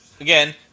Again